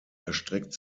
erstreckt